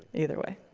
either way.